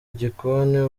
igikoni